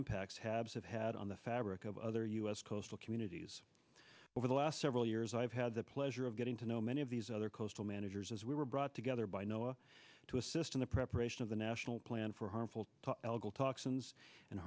impacts habs have had on the fabric of other us coastal communities over the last several years i've had the pleasure of getting to know many of these other coastal managers as we were brought together by noah to assist in the preparation of the national plan for harmful